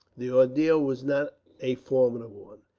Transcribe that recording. the ordeal was not a formidable one.